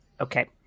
Okay